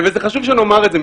חשוב שנאמר את זה,